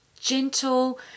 gentle